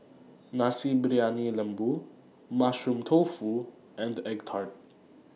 Nasi Briyani Lembu Mushroom Tofu and Egg Tart